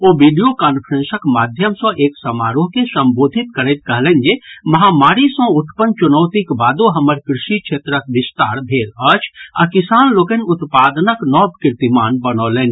ओ video कांफ्रेंसक माध्यम सँ एक समारोह के संबोधित करैत कहलनि जे महामारीक सँ उत्पन्न चुनौतीक बादो हमर कृषि क्षेत्रक विस्तार भेल अछि आ किसान लोकनि उत्पादनक नव कीर्तिमान बनौलनि